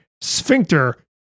sphincter